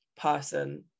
person